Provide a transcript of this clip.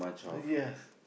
yes